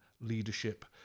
leadership